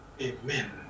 Amen